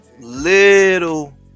little